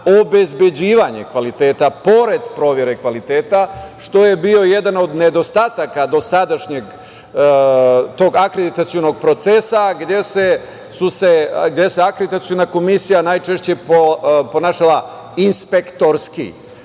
obezbeđivanje kvaliteta pored provere kvaliteta, što je bio jedan od nedostataka dosadašnjeg tok akreditivnog procesa, gde su se akreditaciona komisija najčešće ponašala inspektorski.